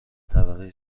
طبقه